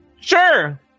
Sure